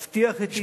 להבטיח את עתידה,